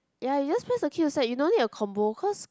ya you just press the key to start you don't need a combo cause